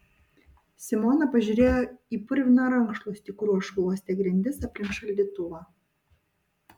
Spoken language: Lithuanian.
simona pažiūrėjo į purviną rankšluostį kuriuo šluostė grindis aplink šaldytuvą